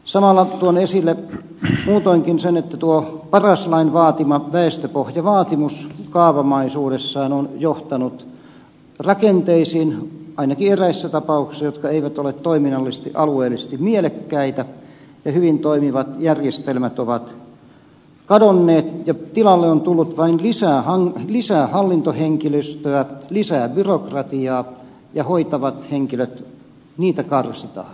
samalla tuon esille muutoinkin sen että tuo paras lain väestöpohjavaatimus kaavamaisuudessaan on johtanut ainakin eräissä tapauksissa rakenteisiin jotka eivät ole toiminnallisesti alueellisesti mielekkäitä ja hyvin toimivat järjestelmät ovat kadonneet ja tilalle on tullut vain lisää hallintohenkilöstöä lisää byrokratiaa ja hoitavia henkilöitä karsitaan